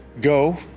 go